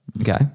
Okay